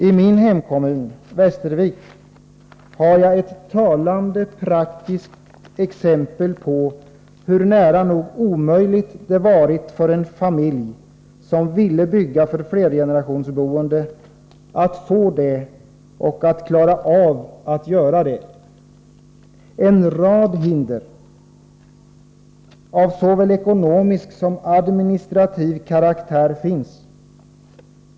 I min hemkommun, Västervik, har jag ett talande praktiskt exempel på hur nära nog omöjligt det varit för en familj som ville bygga för flergenerationsboende att få göra det och klara av det. En rad hinder av såväl ekonomisk som administrativ karaktär finns.